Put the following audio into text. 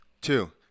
Two